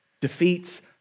Defeats